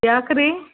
ಯಾಕೆ ರೀ